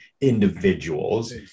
individuals